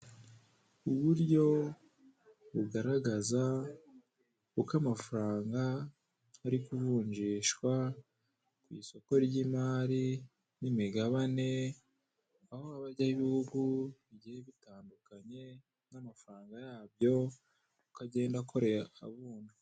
Uburyo bugaragaza uko amafaranga ari kuvunjishwa ku isoko ry'imari n'imigabane, aho hajyayo ibihugu bigiye bitandukanye, n'amafaranga yabyo uko agenda akorerwa avunjwa.